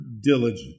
diligent